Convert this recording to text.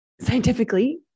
Scientifically